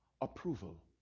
approval